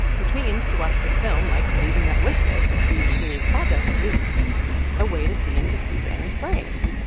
which means to watch this film, like reading that wishlist of steve and julia's projects, is a way to see into steve bannon's brain.